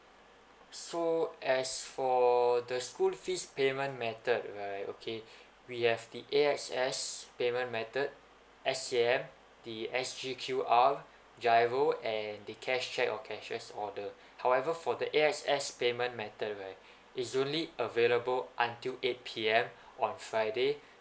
so as for the school fees payment method right okay we have the A_X_S payment method S_A_M the S_G Q_R giro and the cash cheque or cashiers order however for the A_X_S payment method right it's only available until eight P_M on friday